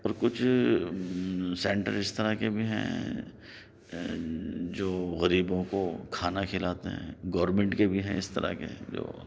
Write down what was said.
پر کچھ سینٹر اس طرح کے بھی ہیں جو غریبوں کو کھانا کھلاتے ہیں گورنمینٹ کے بھی ہیں اس طرح کے جو